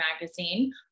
Magazine